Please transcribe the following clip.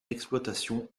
d’exploitation